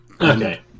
Okay